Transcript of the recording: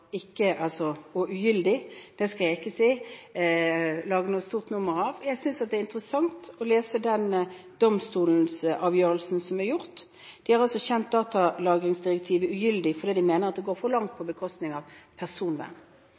ikke lage noe stort nummer av. Jeg synes det er interessant å lese den domstolsavgjørelsen som er tatt. De har altså kjent datalagringsdirektivet ugyldig, fordi de mener det går for langt på bekostning av